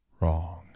Wrong